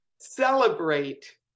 celebrate